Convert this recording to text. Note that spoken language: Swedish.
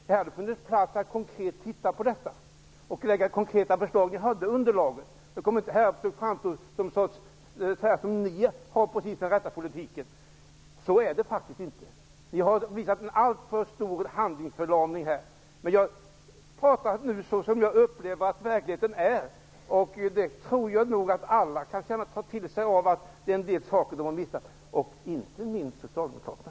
Det hade funnits utrymme för att titta närmare på detta och lägga fram konkreta förslag, så kom inte och försök framstå som om ni socialdemokrater har den rätta politiken! Så är det faktiskt inte. Ni har visat en alltför stor handlingsförlamning. Jag har nu talat om verkligheten såsom jag upplever den, och jag tror att alla kan inse att det finns en del saker som de har missat -- inte minst socialdemokraterna.